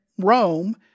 Rome